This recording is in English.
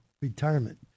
retirement